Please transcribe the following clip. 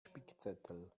spickzettel